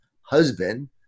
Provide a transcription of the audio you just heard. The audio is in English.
husband